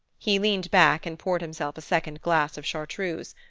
he leaned back and poured himself a second glass of chartreuse.